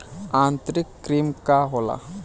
आंतरिक कृमि का होला?